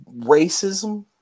racism